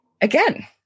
again